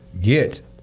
get